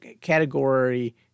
category